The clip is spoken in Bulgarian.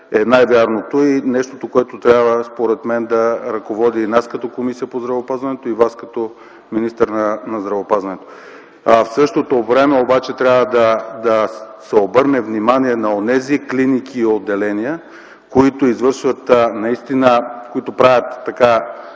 е най-вярното и нещото, което според мен трябва да ръководи и нас като Комисия по здравеопазването, и Вас като министър на здравеопазването. В същото време обаче трябва да се обърне внимание на онези клиники и отделения, които правят, казано грубо или